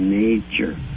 nature